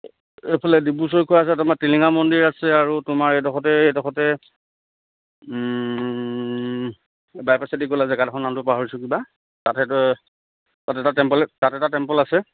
এইফালে ডিব্ৰুচৈখোৱা আছে তোমাৰ টিলিঙা মন্দিৰ আছে আৰু তোমাৰ এইডখৰতে এইডখৰতে বাইপাছেদি গ'লে জেগাদখৰৰ নামটো পাহৰিছোঁ কিবা তাত তাতে এটা টেম্পল তাত এটা টেম্পল আছে